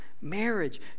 Marriage